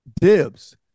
Dibs